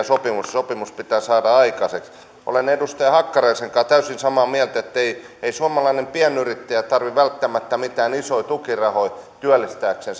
sopimus sopimus pitää saada aikaiseksi olen edustaja hakkaraisen kanssa täysin samaa mieltä ettei suomalainen pienyrittäjä tarvitse välttämättä mitään isoja tukirahoja työllistääkseen